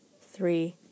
three